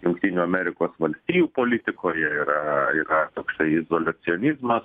jungtinių amerikos valstijų politikoje yra yra toksai izoliacionizmas